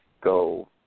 go